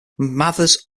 mathers